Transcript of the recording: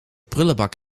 prullenbak